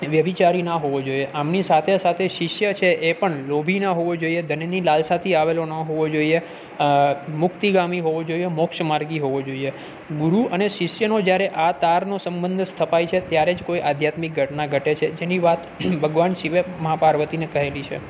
વ્યભિચારી ન હોવો જોઈએ આમની સાથે સાથે શિષ્ય છે એ પણ લોભી ન હોવો જોઈએ ધનની લાલસાથી આવેલો ન હોવો જોઈએ મુક્તિ ગામી હોવો જોઈએ મોક્ષ માર્ગી હોવો જોઈએ ગુરુ અને શિષ્યનો જ્યારે આ તારનો સંબધ સ્થપાય છે ત્યારે જ કોઈ આધ્યાત્મિક ઘટના ઘટે છે જેની વાત ભગવાન શિવે મા પાર્વતીને કહેલી છે